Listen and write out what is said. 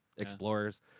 Explorers